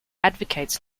advocates